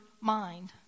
mind